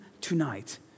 tonight